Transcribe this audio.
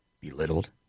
belittled